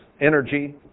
energy